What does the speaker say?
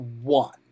one